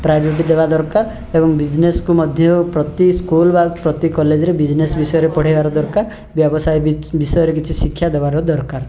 ପ୍ରାୟରଟି ଦେବା ଦରକାର ଏବଂ ବିଜନେସ୍କୁ ମଧ୍ୟ ପ୍ରତି ସ୍କୁଲ୍ ବା ପ୍ରତି କଲେଜ୍ରେ ବିଜନେସ୍ ବିଷୟରେ ପଢାଇବାର ଦରକାର ବ୍ୟବସାୟ ବିଷୟରେ କିଛି ଶିକ୍ଷା ଦେବାର ଦରକାର